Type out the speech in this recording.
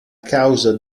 causa